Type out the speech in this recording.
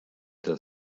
der